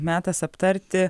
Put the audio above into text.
metas aptarti